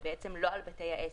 ובעצם לא על בתי העסק.